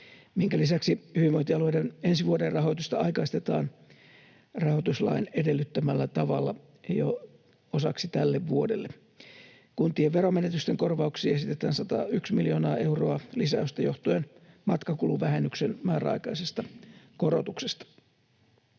minkä lisäksi hyvinvointialueiden ensi vuoden rahoitusta aikaistetaan rahoituslain edellyttämällä tavalla jo osaksi tälle vuodelle. Kuntien veromenetysten korvauksiin esitetään 101 miljoonaa euroa lisäystä johtuen matkakuluvähennyksen määräaikaisesta korotuksesta.